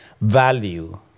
value